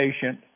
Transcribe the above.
patient